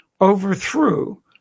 overthrew